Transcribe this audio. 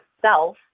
self